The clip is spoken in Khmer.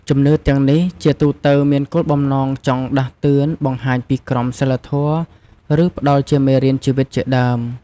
ជំនឿទាំងនេះ ជាទូទៅមានគោលបំណងចង់ដាស់តឿន បង្ហាញពីក្រមសីលធម៌ ឬផ្តល់ជាមេរៀនជីវិតជាដើម។